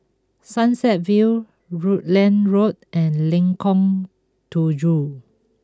Sunset View Rutland Road and Lengkong Tujuh